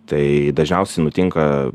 tai dažniausiai nutinka